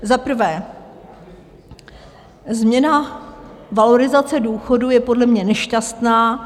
Za prvé, změna valorizace důchodů je podle mě nešťastná.